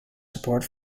support